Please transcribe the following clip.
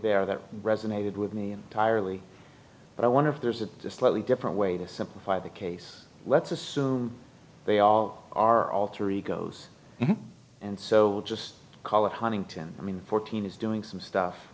there that resonated with me entirely but i wonder if there's a slightly different way to simplify the case let's assume they all are alter egos and so just call it huntington i mean fourteen is doing some stuff